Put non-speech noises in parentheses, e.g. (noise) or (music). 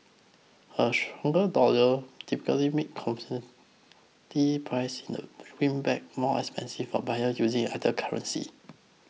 a stronger dollar typically make (unintelligible) priced in the greenback more expensive for buyer using other currency